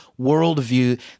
worldview